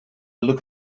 look